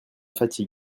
fatigue